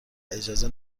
اجازه